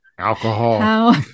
Alcohol